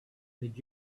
did